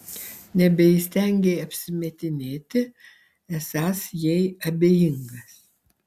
nebeįstengei apsimetinėti esąs jai abejingas